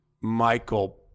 Michael